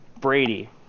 Brady